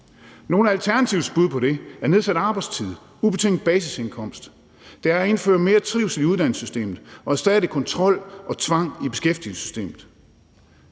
Nogle af Alternativets bud på det er nedsat arbejdstid og ubetinget basisindkomst. Det er at indføre mere trivsel i uddannelsessystemet og erstatte kontrol og tvang i beskæftigelsessystemet.